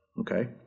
okay